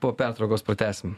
po pertraukos pratęsim